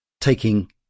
taking